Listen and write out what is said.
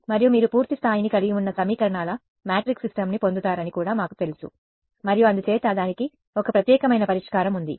మరియు మీరు పూర్తి స్థాయిని కలిగి ఉన్న సమీకరణాల మ్యాట్రిక్స్ సిస్టమ్ని పొందుతారని కూడా మాకు తెలుసు మరియు అందుచేత దానికి ఒక ప్రత్యేకమైన పరిష్కారం ఉంది